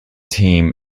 team